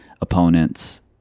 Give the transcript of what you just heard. opponents